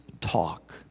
talk